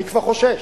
אני כבר חושש.